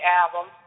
album